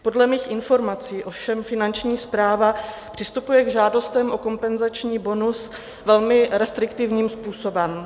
Podle mých informací ovšem Finanční správa přistupuje k žádostem o kompenzační bonus velmi restriktivním způsobem.